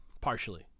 partially